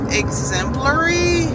exemplary